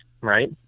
right